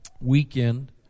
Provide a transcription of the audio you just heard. weekend